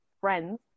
friends